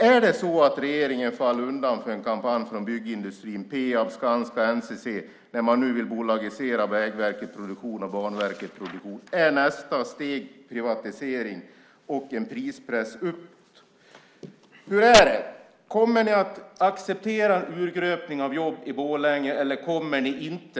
Är det så att regeringen faller undan för en kampanj från byggindustrin, från Peab, Skanska och NCC, när man nu vill bolagisera Vägverket Produktion och Banverket Produktion? Är nästa steg privatisering och en prispress uppåt? Hur är det? Kommer ni att acceptera en urgröpning av jobb i Borlänge eller inte?